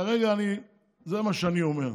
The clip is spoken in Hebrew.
כרגע זה מה שאני אומר.